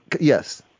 yes